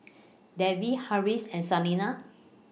Devi Haresh and Saina